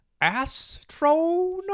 Astronaut